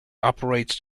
operates